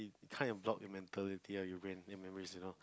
kind of blocked in mentality ah your brain in memory and all